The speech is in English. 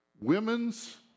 Women's